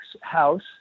house